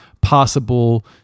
possible